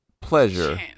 pleasure